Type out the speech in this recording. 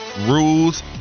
rules